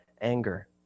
anger